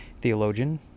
theologian